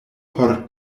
por